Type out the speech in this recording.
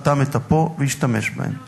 אטם את אפו והשתמש בהם." נו,